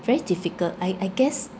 very difficult I I guess